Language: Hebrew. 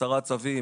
עשרה צווים,